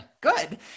good